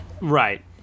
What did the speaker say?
Right